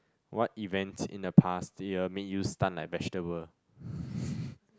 what events in the past year made you stun like vegetable